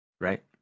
Right